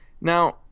Now